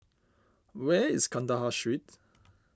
where is Kandahar Street